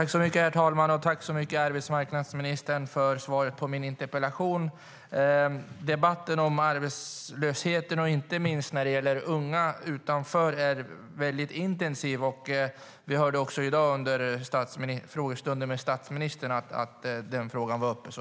Herr talman! Tack, arbetsmarknadsministern, för svaret på min interpellation! Debatten om arbetslösheten, inte minst om unga utanför arbetsmarknaden, är intensiv. Vi hörde också i dag under statsministerns frågestund att frågan togs upp.